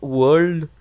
world